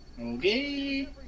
Okay